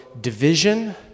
division